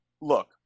look